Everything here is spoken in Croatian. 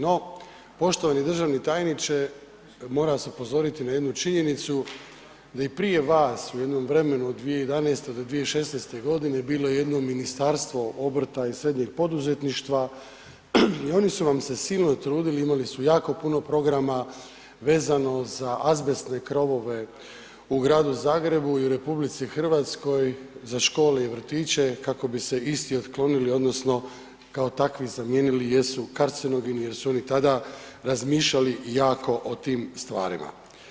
No, poštovani državni tajniče, moram vas upozoriti na jednu činjenicu da i prije vas u jednom vremenu od 2011. do 2016. g. bilo jedno Ministarstvo obrta i srednjeg poduzetništva i oni su vas se silno trudili, imali su jako puno programa vezano za azbestne krovove u Gradu Zagrebu i u RH za škole i vrtiće kako bi se isti otklonili odnosno kao takvi zamijenili jer su kancerogeni jer su oni tada razmišljali jako o tim stvarima.